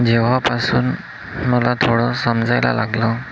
जेव्हापासून मला थोडं समजायला लागलं